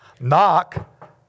Knock